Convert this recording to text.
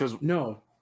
no